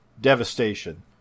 Devastation